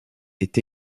est